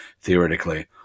theoretically